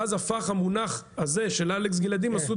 ואז הפך המונח הזה של אלכס גלעדי "מסעודה